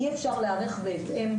אי אפשר להיערך בהתאם.